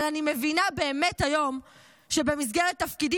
אבל היום אני באמת מבינה שבמסגרת תפקידי